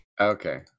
Okay